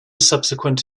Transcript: subsequent